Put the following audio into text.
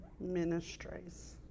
ministries